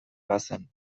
bazen